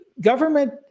government